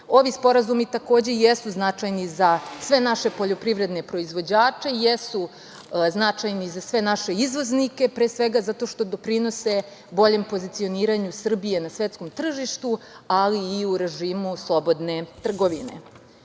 Ovi sporazumi takođe, jesu značajni za sve naše poljoprivredne proizvođače, jesu značajni za sve naše izvoznike, pre svega zato što doprinose boljem pozicioniranju Srbije na evropskom tržištu, ali i u režim slobodne trgovine. Smatram